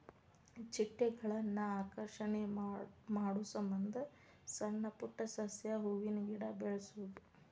ಚಿಟ್ಟೆಗಳನ್ನ ಆಕರ್ಷಣೆ ಮಾಡುಸಮಂದ ಸಣ್ಣ ಪುಟ್ಟ ಸಸ್ಯ, ಹೂವಿನ ಗಿಡಾ ಬೆಳಸುದು